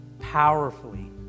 powerfully